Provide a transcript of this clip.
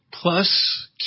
plus